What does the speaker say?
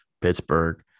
Pittsburgh